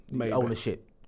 ownership